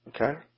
Okay